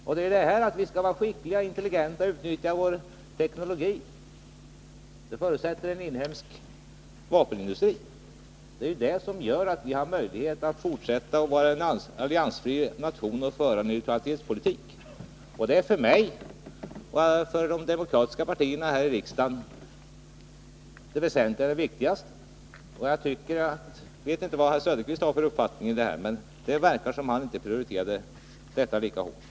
Och detta — att vi skall vara skickliga och intelligenta och utnyttja vår teknologi — förutsätter en inhemsk vapenindustri. Det är det som gör att vi har möjlighet att fortsätta vara en alliansfri nation och föra neutralitetspolitik. Det är för mig och mitt parti och för övriga demokratiska partier här i riksdagen det väsentligaste. Jag vet inte vad herr Söderqvist har för uppfattning i den här frågan, men det verkar som om han inte prioriterade dessa saker lika hårt.